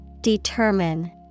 Determine